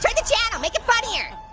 like the channel, make it funnier.